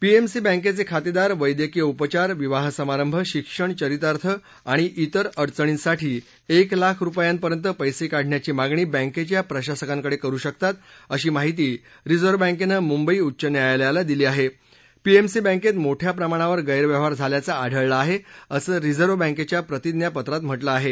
PMC बँक्खाखातघारे वैद्यकीय उपचार विवाह समार्ट्य शिक्षण चरितार्थ आणि इतर अडचर्णीसाठी एक लाख रुपयाखित पैसा काढण्याची मागणी बँक्खित प्रशासकाळ्डक्रिरू शकतात अशी माहिती रिझर्व बँक्तामुख्ड उच्च न्यायालयाला दिली आहा मीएमसी बँक्त मोठ्या प्रमाणावर गैरव्यवहार झाल्याच आढळल आहा अस रिझर्व बँकख्या प्रतिज्ञापत्रात म्ह के आहा